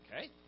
okay